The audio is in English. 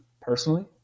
personally